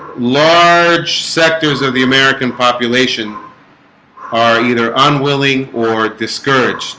large sectors of the american population are either unwilling or discouraged